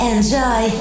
Enjoy